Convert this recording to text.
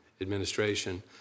administration